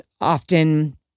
often